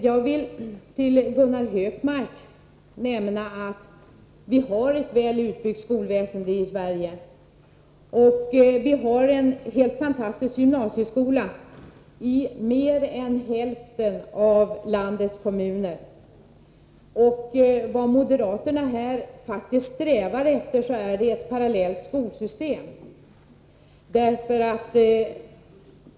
Jag vill för Gunnar Hökmark framhålla att vi har ett väl utbyggt skolväsende i Sverige och en helt fantastisk gymnasieskola i mer än hälften av landets kommuner. Vad moderaterna här faktiskt strävar efter är ett parallellt skolsystem.